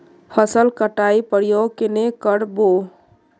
फसल कटाई प्रयोग कन्हे कर बो?